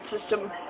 system